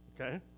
okay